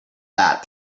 that